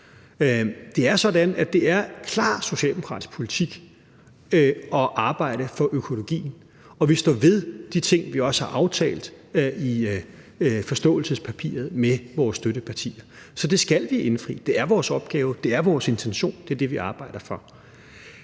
Det er sådan, at det er klar socialdemokratisk politik at arbejde for økologien, og vi står også ved de ting, vi har aftalt i forståelsespapiret med vores støttepartier. Så det skal vi indfri. Det er vores opgave, og det er vores intention. Det er det, vi arbejder for.